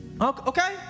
Okay